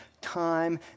time